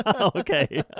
Okay